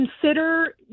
consider